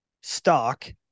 stock